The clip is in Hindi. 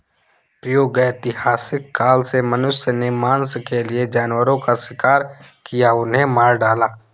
प्रागैतिहासिक काल से मनुष्य ने मांस के लिए जानवरों का शिकार किया, उन्हें मार डाला